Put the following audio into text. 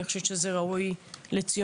אני חושבת שזה ראוי לציון.